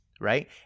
right